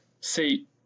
See